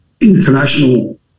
international